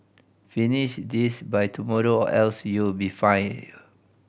finish this by tomorrow or else you'll be fired